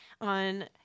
On